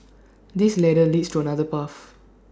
this ladder leads to another path